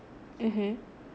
mmhmm